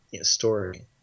story